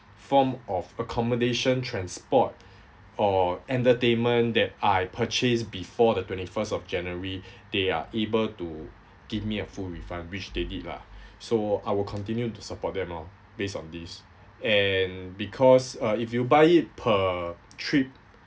form of accommodation transport or entertainment that I purchased before the twenty first of january they are able to give me a full refund which they did lah so I will continue to support them lah based on this and because uh if you buy it per trip